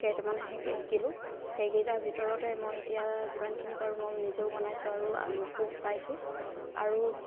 কেইটামানহে শিকি শিকিলোঁ সেইকেইটাৰ ভিতৰতে মই এতিয়া যিমানখিনি পাৰো মই নিজেও বনাইছোঁ আৰু আনকো খুৱাইছোঁ আৰু